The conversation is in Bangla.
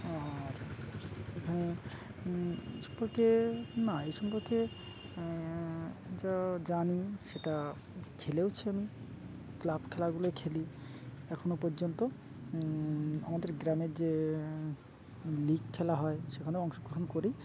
আর এখানে এই সম্পর্কে না এই সম্পর্কে যা জানি সেটা খেলেওছি আমি ক্লাব খেলাগুলো খেলি এখনও পর্যন্ত আমাদের গ্রামের যে লিগ খেলা হয় সেখানেও অংশগ্রহণ করি